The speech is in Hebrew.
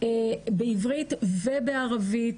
בעברית ובערבית,